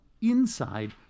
inside